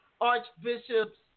Archbishop's